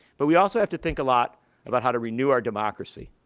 but we also have to think a lot about how to renew our democracy.